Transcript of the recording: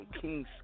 King